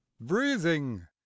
breathing